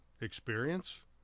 experience